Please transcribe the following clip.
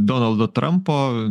donaldo trampo